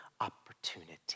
opportunity